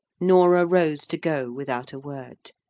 norah rose to go without a word.